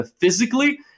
physically